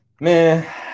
Man